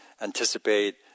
anticipate